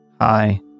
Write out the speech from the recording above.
Hi